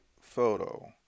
photo